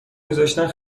میذاشتن